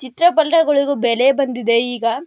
ಚಿತ್ರಪಟಗುಳಿಗು ಬೆಲೆ ಬಂದಿದೆ ಈಗ